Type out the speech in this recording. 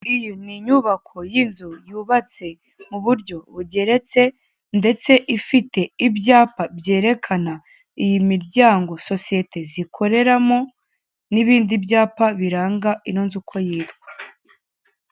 Iyi ni inyubako y'inzu yubatse mu buryo bugeretse, ndetse ifite ibyapa byerekana iyi miryango sosiyete zikoreramo, n'ibindi byapa biranga ino nzu uko yitwa.